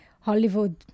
Hollywood